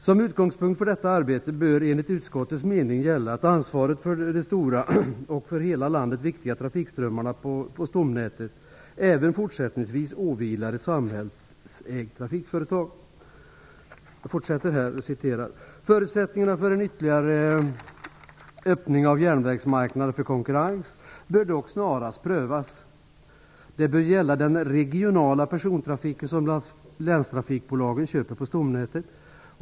Som utgångspunkt för detta arbete bör enligt utskottets mening gälla att ansvaret för de stora och för hela landet viktiga trafikströmmarna på stomnätet även fortsättningsvis åvilar ett samhällsägt trafikföretag. Förutsättningarna för en ytterligare öppning av järnvägsmarknaden för konkurrens bör dock snarast prövas. Det bör gälla den regionala persontrafiken som länstrafikbolagen köper på stomnätet.